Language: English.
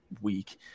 week